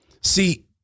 See